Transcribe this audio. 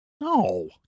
no